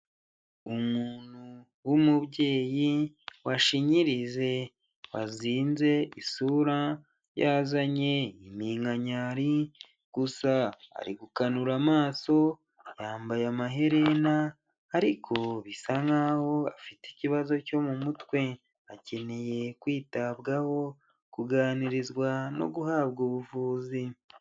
Umuntu w'umubyeyi washinyirije wazinze isura yazanye impinkanyari gusa ari gukanura amaso, yambaye amaherena ariko bisa nkaho afite ikibazo cyo mu mutwe, akeneye kwitabwaho, kuganirizwa no guhabwa ubuvuzi.